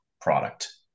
product